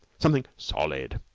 something solid,